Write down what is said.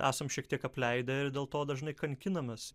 esam šiek tiek apleidę ir dėl to dažnai kankinamės